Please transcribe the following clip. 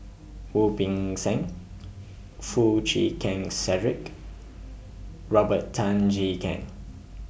Wu Peng Seng Foo Chee Keng Cedric Robert Tan Jee Keng